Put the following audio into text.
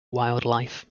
wildlife